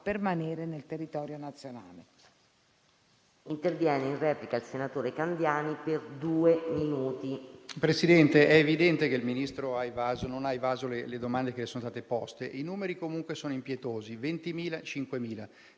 permanere nel territorio nazionale.